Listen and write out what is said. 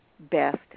Best